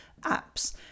apps